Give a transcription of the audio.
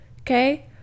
Okay